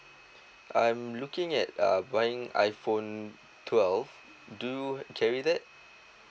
I'm looking at uh buying iPhone twelve do you carry that